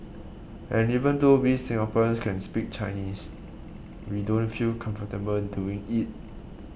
and even though we Singaporeans can speak Chinese we don't feel comfortable doing it